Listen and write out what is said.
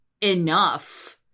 enough